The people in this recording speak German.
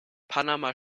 panama